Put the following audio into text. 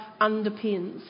underpins